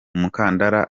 umukandara